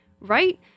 right